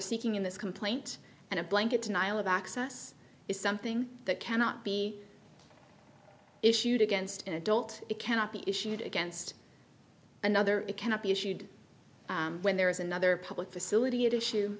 seeking in this complaint and a blanket denial of access is something that cannot be issued against an adult it cannot be issued against another it cannot be issued when there is another public facility at issue